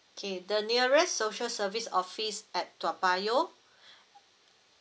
okay the nearest social service office at toa payoh